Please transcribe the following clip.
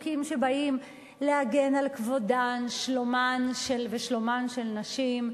חוקים שבאים להגן על כבודן ושלומן של נשים,